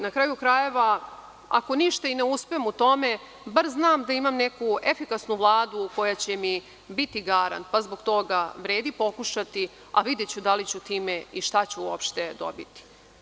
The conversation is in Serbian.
Na kraju krajeva, ako ništa i ne uspem u tome, bar znam da imam neku efikasnu Vladu koja će mi biti garant pa zbog toga vredi pokušati, a videću da li ću time i šta ću opšte dobiti.